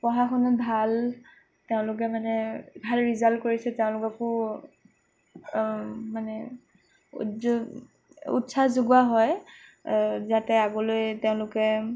পঢ়া শুনাত ভাল তেওঁলোকে মানে ভাল ৰিজাল্ট কৰিছে তেওঁলোককো মানে উৎসাহ যোগোৱা হয় যাতে আগলৈ তেওঁলোকে